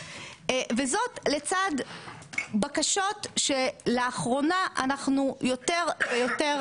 וזאת לצד בקשות שלאחרונה אנחנו יותר ויותר